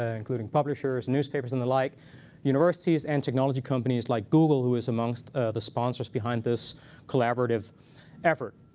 ah including publishers, newspapers, and the like universities and technology companies, like google, who is amongst the sponsors behind this collaborative effort.